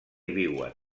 viuen